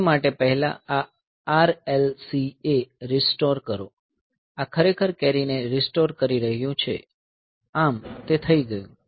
તે માટે પહેલા આ RLCA રીસ્ટોર કરો આ ખરેખર કેરીને રીસ્ટોર કરી રહ્યું છે આમ તે થઈ ગયું